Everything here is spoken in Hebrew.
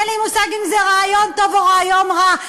אין לי מושג אם זה רעיון טוב או רעיון רע,